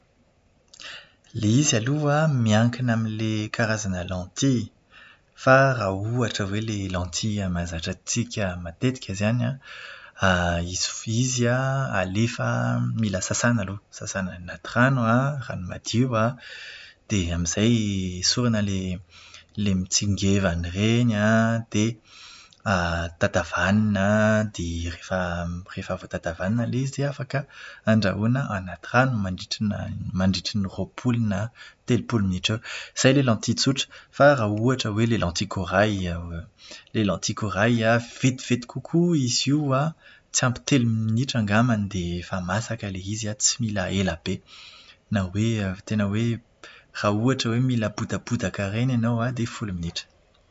Ilay izy aloha an, miankina amin'ilay karazana "lentilles". Fa raha ohatra hoe ilay "lentilles" mahazatra antsika matetika izany an, iz- izy an alefa, mila sasana aloha, sasana anaty rano an, rano madio an, dia amin'izay esorina ilay ilay mitsingevana ireny an, dia tatavanina, dia rehefa rehefa avy tatavanina ilay izy dia afaka andrahoina anaty rano mandritra- mandritran'ny roapolo na telopolo minitra eo. Izay ilay lentilles tsotra. Raha ohatra hoe ilay "lentilles corail" ilay "lentiiles corail" vetivety kokoa izy io an, tsy ampy telo minitra angambany dia efa masaka ilay izy an, tsy mila ela be. Na hoe tena hoe raha ohatra hoe mila bodabodaka ireny ianao an, dia folo minitra.